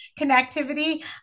connectivity